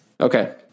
okay